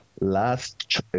last